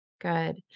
Good